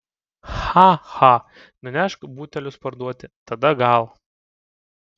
cha cha nunešk butelius parduoti tada gal